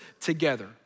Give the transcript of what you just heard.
together